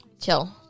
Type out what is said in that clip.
chill